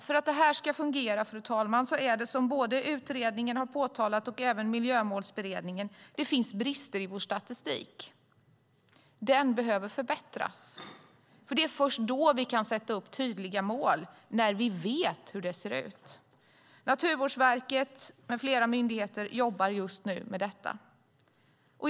För att det ska fungera, fru talman, måste vi ta hänsyn till det som både utredningen och Miljömålsberedningen påtalat, nämligen att det finns brister i vår statistik. Den behöver förbättras. Först när vi vet hur det ser ut kan vi sätta upp tydliga mål. Naturvårdsverket med flera myndigheter jobbar just nu med den frågan.